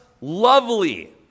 lovely